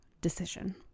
decision